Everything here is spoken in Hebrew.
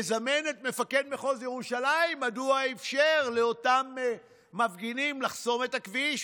מזמן את מפקד מחוז ירושלים: מדוע אפשר לאותם מפגינים לחסום את הכביש,